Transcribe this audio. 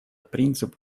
принцип